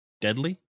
deadly